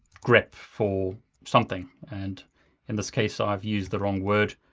grep for something, and in this case, i've used the wrong word,